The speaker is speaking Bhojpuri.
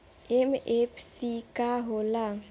एम.एफ.सी का होला?